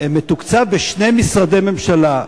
מתוקצב בשני משרדי ממשלה,